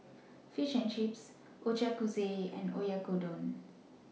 Fish and Chips Ochazuke and Oyakodon